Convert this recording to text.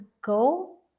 go